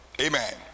amen